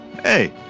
Hey